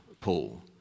Paul